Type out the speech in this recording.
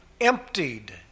emptied